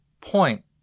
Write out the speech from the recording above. point